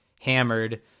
hammered